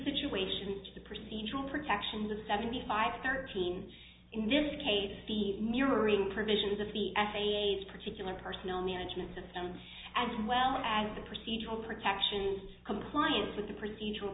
situations to the procedural protections of seventy five thirteen in this case the mirroring provisions of the essays particular personal management systems as well as the procedural protections compliance with the procedural